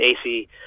AC